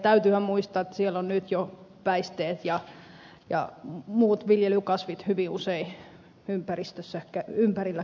täytyyhän muistaa että siellä on nyt jo päisteet ja muut viljelykasvit hyvin usein ympärillä käytössä